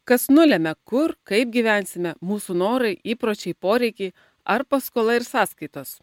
kas nulemia kur kaip gyvensime mūsų norai įpročiai poreikiai ar paskola ir sąskaitos